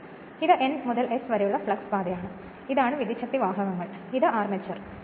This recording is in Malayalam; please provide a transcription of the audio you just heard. അതിനാൽ ഇത് N മുതൽ S വരെയുള്ള ഫ്ലക്സ് പാതയാണ് ഇതാണ് വിദ്യുച്ഛക്തിവാഹകങ്ങൾ ഇത് അർമേച്ചർ ആണ്